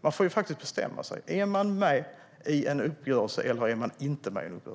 Man får faktiskt bestämma sig. Är man med i en uppgörelse, eller är man inte med i en uppgörelse?